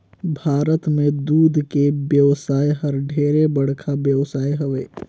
भारत में दूद के बेवसाय हर ढेरे बड़खा बेवसाय हवे